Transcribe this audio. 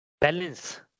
Balance